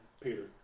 Peter